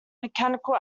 mechanical